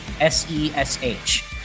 S-E-S-H